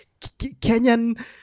Kenyan